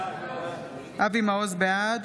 בעד